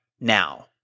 now